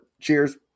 cheers